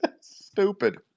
Stupid